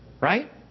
right